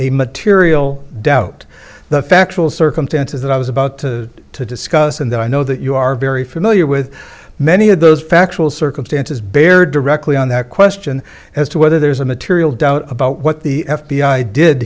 a material doubt the factual circumstances that i was about to discuss and that i know that you are very familiar with many of those factual circumstances bear directly on that question as to whether there is a material doubt about what the f b i did